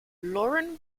lauren